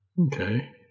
Okay